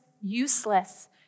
useless